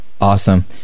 Awesome